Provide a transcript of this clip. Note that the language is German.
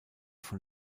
von